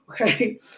okay